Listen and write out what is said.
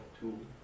two